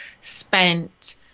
spent